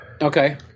okay